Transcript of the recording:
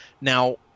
Now